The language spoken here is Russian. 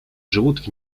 живут